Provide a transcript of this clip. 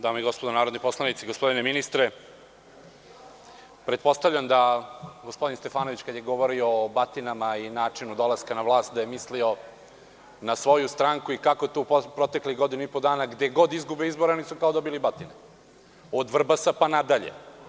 Dame i gospodo narodni poslanici, gospodine ministre, pretpostavljam da gospodin Stefanović kada je govorio o batinama i o načinu dolaska na vlast, da je mislio na svoju stranku i kako to u proteklih godinu i po dana gde god izgube izbore oni su kao dobili batine, od Vrbasa pa nadalje.